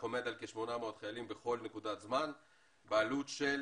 עומד על כ-800 חיילים בכל נקודת זמן בעלות של